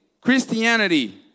Christianity